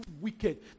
wicked